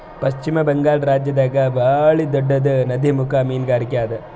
ಪಶ್ಚಿಮ ಬಂಗಾಳ್ ರಾಜ್ಯದಾಗ್ ಭಾಳ್ ದೊಡ್ಡದ್ ನದಿಮುಖ ಮೀನ್ಗಾರಿಕೆ ಅದಾ